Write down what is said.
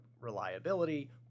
reliability